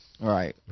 Right